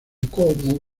como